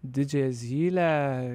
didžiąją zylę